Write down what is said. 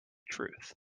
truth